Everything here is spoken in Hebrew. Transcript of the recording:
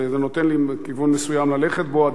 זה נותן לי כיוון מסוים ללכת בו.